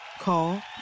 Call